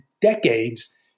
decades